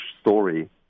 story